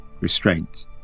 restraint